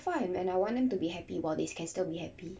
they're fine and I want them to be happy about this I can still be happy